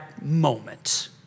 moment